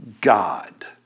God